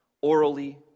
orally